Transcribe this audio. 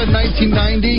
1990